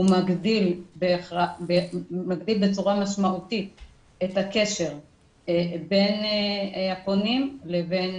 הוא מגדיל בצורה משמעותית את הקשר בין הפונים לבין